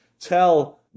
tell